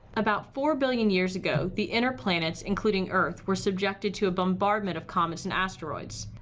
about four billion years ago, the inner planets, including earth, were subjected to a bombardment of comets and asteroids.